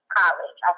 college